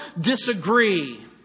disagree